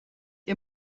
ihr